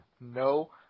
no